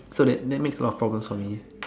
so that that makes a lot of problems for me